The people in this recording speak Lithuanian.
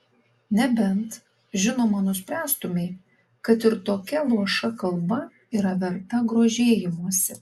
nebent žinoma nuspręstumei kad ir tokia luoša kalba yra verta grožėjimosi